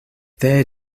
their